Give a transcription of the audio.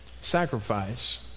sacrifice